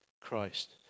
christ